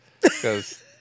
because-